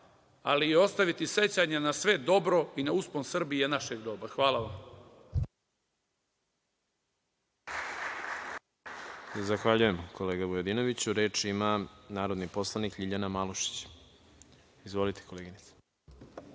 ali ostaviti sećanja na sve dobro i na uspon Srbije našeg doba.+Hvala vam. **Đorđe Milićević** Zahvaljujem, kolega Vujadinoviću. Reč ima narodni poslanik Ljiljana Malušić. Izvolite, koleginice.